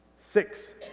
six